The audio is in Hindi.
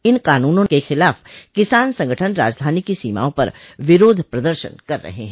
इन कानूना के खिलाफ किसान संगठन राजधानी की सीमाओं पर विरोध प्रदर्शन कर रहे हैं